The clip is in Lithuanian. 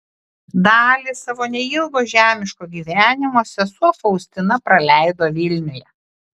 dalį savo neilgo žemiško gyvenimo sesuo faustina praleido vilniuje